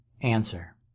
Answer